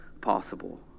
possible